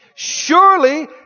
Surely